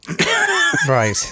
Right